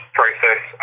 process